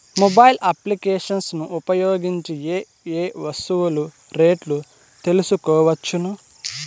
Mobile applications ను ఉపయోగించి ఏ ఏ వస్తువులు రేట్లు తెలుసుకోవచ్చును?